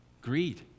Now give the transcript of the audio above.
Greed